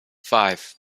five